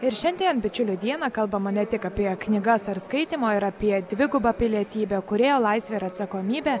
ir šiandien bičiulių dieną kalbama ne tik apie knygas ar skaitymą ir apie dvigubą pilietybę kūrėjo laisvę ir atsakomybę